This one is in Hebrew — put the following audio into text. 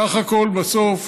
בסך הכול, בסוף